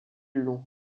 long